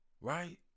Right